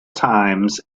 times